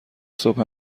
صبح